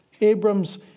Abram's